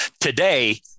Today